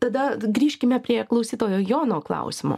tada grįžkime prie klausytojo jono klausimo